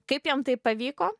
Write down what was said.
kaip jam tai pavyko